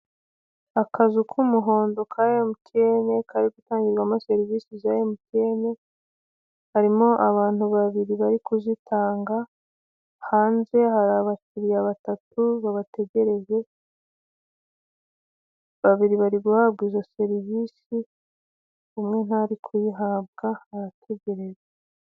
Akazu k'umuhondo ka MTN, kari gutangirwamo serivisi za MTN harimo abantu babiri bari kuzitanga, hanze hari abakiriya batatu babategereje, babiri bari guhabwa izo serivisi, umwe ntari kuyihabwa arategeje.